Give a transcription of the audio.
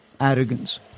arrogance